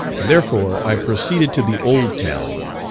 and therefore i proceeded to the old town,